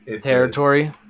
territory